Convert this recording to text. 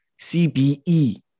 CBE